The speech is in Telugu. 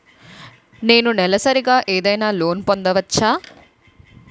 నేను నెలసరిగా ఏదైనా లోన్ పొందవచ్చా?